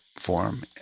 form